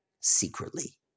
secretly